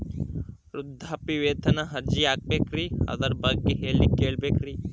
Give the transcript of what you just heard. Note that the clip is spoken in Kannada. ವೃದ್ಧಾಪ್ಯವೇತನ ಅರ್ಜಿ ಹಾಕಬೇಕ್ರಿ ಅದರ ಬಗ್ಗೆ ಎಲ್ಲಿ ಕೇಳಬೇಕ್ರಿ?